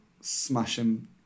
smashing